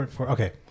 Okay